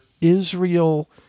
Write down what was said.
Israel